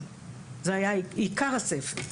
זה היה עיקר הספר,